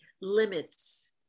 limits